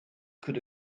could